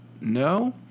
No